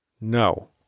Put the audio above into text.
No